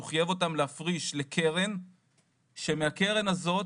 הוא חייב אותן להפריש לקרן ושמהקרן הזאת